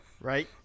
right